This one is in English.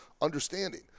understanding